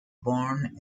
born